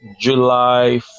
July